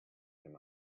him